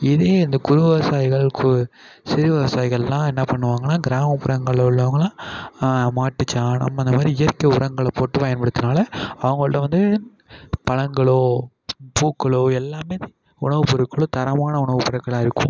இதே இந்த குறு விவசாயிகள் கு சிறு விவசாயிகள்லாம் என்ன பண்ணுவாங்கன்னா கிராமப்புறங்கள் உள்ளவங்கள்லாம் மாட்டு சாணம் அந்த மாதிரி இயற்கை உரங்களை போட்டு பயன்படுத்துகிறனால அவங்கள்கிட்ட வந்து பழங்களோ பூக்களோ எல்லாமே உணவு பொருட்களோ தரமான உணவு பொருட்களாக இருக்கும்